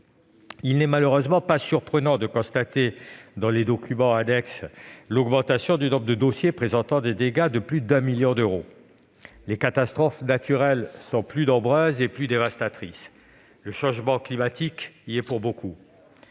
Il n'est malheureusement pas surprenant de constater dans les documents annexes l'augmentation du nombre de dossiers présentant des dégâts de plus d'un million d'euros. Les catastrophes naturelles sont plus nombreuses, et plus dévastatrices. Le changement climatique y est pour beaucoup.